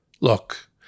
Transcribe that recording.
Look